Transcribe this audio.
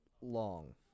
long